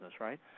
right